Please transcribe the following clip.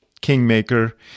kingmaker